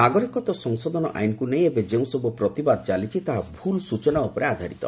ନାଗରିକତ୍ୱ ସଂଶୋଧନ ଆଇନକୁ ନେଇ ଏବେ ଯେଉଁସବୁ ପ୍ରତିବାଦ ଚାଲିଛି ତାହା ଭୁଲ୍ ସ୍ବଚନା ଉପରେ ଆଧାରିତ